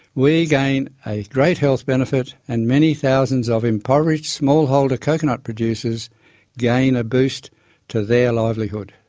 we gain a great health benefit and many thousands of impoverished small-holder coconut producers gain a boost to their livelihood.